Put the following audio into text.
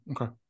Okay